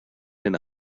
and